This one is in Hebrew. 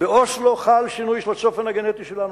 באוסלו חל שינוי של הצופן הגנטי שלנו.